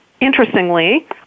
Interestingly